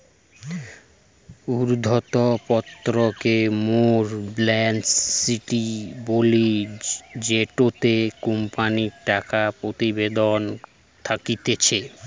উদ্ধৃত্ত পত্র কে মোরা বেলেন্স শিট বলি জেটোতে কোম্পানির টাকা প্রতিবেদন থাকতিছে